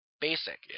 basic